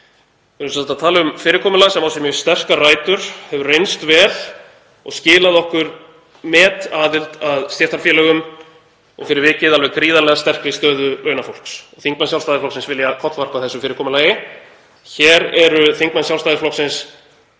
sagt að tala um fyrirkomulag sem á sér mjög sterkar rætur, hefur reynst vel, skilað okkur metaðild að stéttarfélögum og fyrir vikið gríðarlega sterkri stöðu launafólks. Þingmenn Sjálfstæðisflokksins vilja kollvarpa þessu fyrirkomulagi. Hér eru þingmenn Sjálfstæðisflokksins